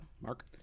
Mark